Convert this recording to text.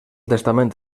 testament